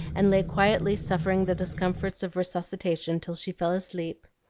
and lay quietly suffering the discomforts of resuscitation till she fell asleep.